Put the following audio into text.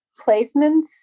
placements